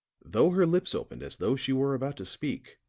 though her lips opened as though she were about to speak,